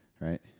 right